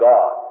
God